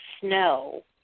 snow